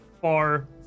far